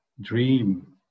dream